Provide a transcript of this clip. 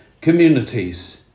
communities